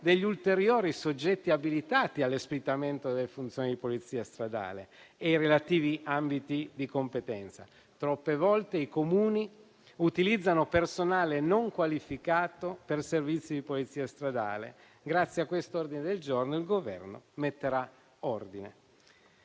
degli ulteriori soggetti abilitati all'espletamento delle funzioni di polizia stradale e relativi ambiti di competenza. Troppe volte i Comuni utilizzano personale non qualificato per servizi di polizia stradale. Grazie a questo ordine del giorno il Governo metterà ordine.